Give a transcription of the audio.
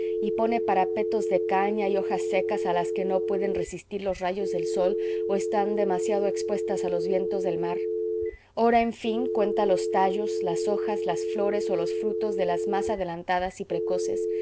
y pone parapetos de caña y hojas secas a las que no pueden resistir los rayos del sol o están demasiado expuestas a los vientos del mar ora en fin cuenta los tallos las hojas las flores o los frutos de las más adelantadas y precoces